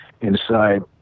inside